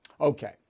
Okay